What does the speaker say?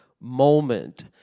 moment